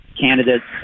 candidates